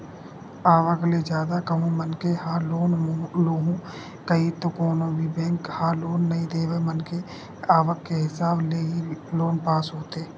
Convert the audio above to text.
आवक ले जादा कहूं मनखे ह लोन लुहूं कइही त कोनो भी बेंक ह लोन नइ देवय मनखे के आवक के हिसाब ले ही लोन पास होथे